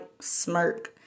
smirk